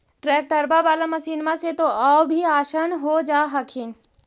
ट्रैक्टरबा बाला मसिन्मा से तो औ भी आसन हो जा हखिन?